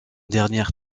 dernière